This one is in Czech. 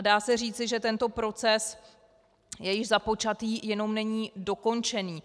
Dá se říci, že tento proces je již započatý, jenom není dokončený.